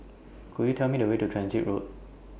Could YOU Tell Me The Way to Transit Road